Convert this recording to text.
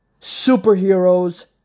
Superheroes